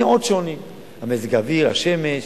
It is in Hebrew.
הנה, עוד שוני, מזג האוויר, השמש.